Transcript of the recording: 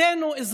לסיום, אדוני.